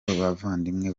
n’abavandimwe